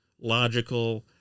logical